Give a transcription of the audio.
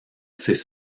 sais